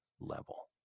level